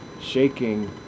shaking